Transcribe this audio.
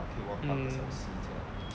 mm